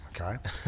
Okay